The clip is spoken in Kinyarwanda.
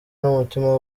mutima